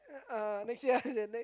uh next year ah